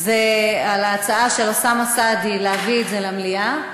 על ההצעה של אוסאמה סעדי להביא את זה למליאה,